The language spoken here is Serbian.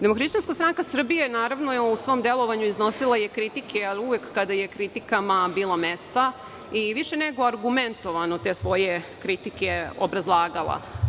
Demohrišćanska stranka Srbije, naravno, u svom delovanju je iznosila kritike, ali uvek kada je kritikama bilo mesta, pa i više nego argumentovano te svoje kritike obrazlagala.